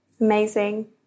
Amazing